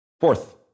Fourth